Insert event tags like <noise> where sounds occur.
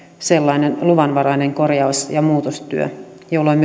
sellainen luvanvarainen korjaus ja muutostyö jolloin <unintelligible>